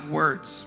words